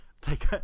take